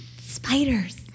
spiders